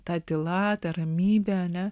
tą tyla tą ramybe